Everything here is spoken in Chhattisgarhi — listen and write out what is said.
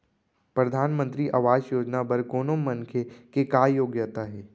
परधानमंतरी आवास योजना बर कोनो मनखे के का योग्यता हे?